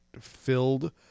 filled